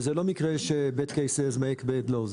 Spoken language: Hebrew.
וזה לא מקרה ש bad cases make bad law,